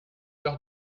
leurs